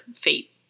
fate